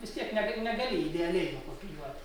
vis tiek nega negali idealiai nukopijuot